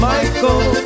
Michael